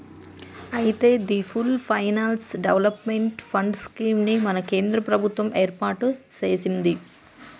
అయితే the full finance development fund scheme ని మన కేంద్ర ప్రభుత్వం ఏర్పాటు సెసింది